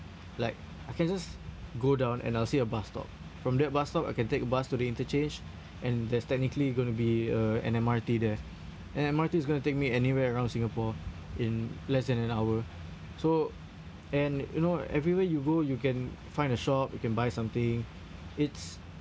like I can just go down and I'll see a bus stop from that bus stop I can take a bus to the interchange and there's technically going to be uh an M_R_T there and M_R_T is going take me anywhere around Singapore in less than an hour so and you know everywhere you go you can find a shop you can buy something it's